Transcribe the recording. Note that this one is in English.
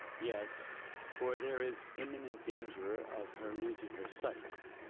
yes for there is imminent danger of her losing her sight.